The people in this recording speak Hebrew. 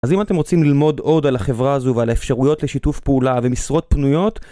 אז אם אתם רוצים ללמוד עוד על החברה הזו ועל האפשרויות לשיתוף פעולה ומשרות פנויות